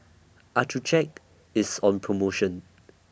Accucheck IS on promotion